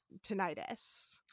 tinnitus